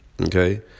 okay